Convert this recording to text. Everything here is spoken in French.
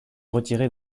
retiré